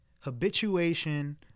Habituation